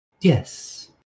Yes